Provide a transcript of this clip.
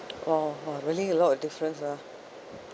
oh oh really a lot of difference ah